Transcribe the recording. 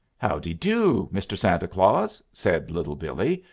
howdidoo, mr. santa claus? said little billee,